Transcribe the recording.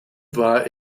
war